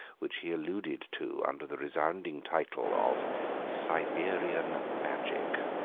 which he alluded to under the resounding title of siberian magic.